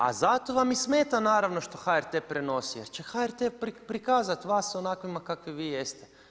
A zato vam i smeta naravno što HRT-e prenosi, jer će HRT-e prikazati vas onakvima kakvi vi jeste.